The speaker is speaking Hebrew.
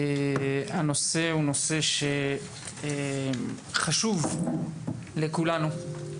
הנושא הוא נושא חשוב לכולנו.